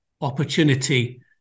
opportunity